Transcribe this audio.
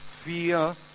Fear